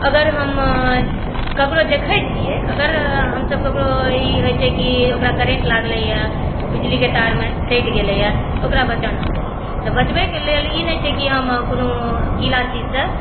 अगर हम ककरो देख़ै छियै जे अगर हमसभ ककरो ई होइ छै की ओकरा करेंट लागलैय ओ बिजलीक तारमे सटि गेलै हँ तऽ ओकरा बचाना चाही तऽ बचबैक लेल ई नहि छै की हम कोनो गीला चीज़सॅं